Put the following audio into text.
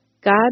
God